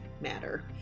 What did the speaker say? matter